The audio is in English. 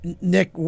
nick